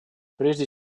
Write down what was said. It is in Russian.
прежде